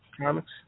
comics